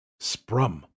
Sprum